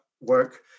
work